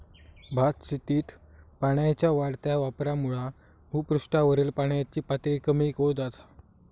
भातशेतीत पाण्याच्या वाढत्या वापरामुळा भुपृष्ठावरील पाण्याची पातळी कमी होत असा